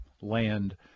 land